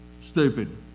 stupid